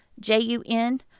J-U-N